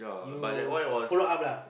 you follow up lah